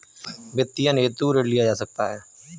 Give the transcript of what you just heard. वित्तीयन हेतु ऋण लिया जा सकता है